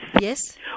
Yes